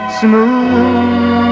smooth